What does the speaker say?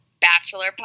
Bachelor